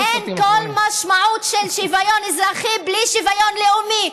אין כל משמעות לשוויון אזרחי בלי שוויון לאומי.